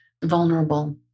vulnerable